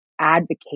advocate